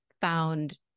found